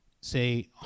say